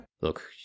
look